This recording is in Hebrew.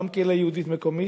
גם קהילה יהודית מקומית,